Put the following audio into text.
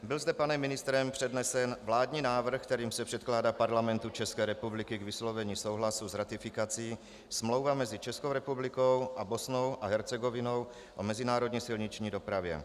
Byl zde panem ministrem přednesen vládní návrh, kterým se předkládá Parlamentu ČR k vyslovení souhlasu s ratifikací Smlouva mezi Českou republikou a Bosnou a Hercegovinou o mezinárodní silniční dopravě.